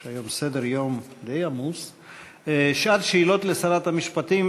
יש היום סדר-יום די עמוס, שעת שאלות לשרת המשפטים.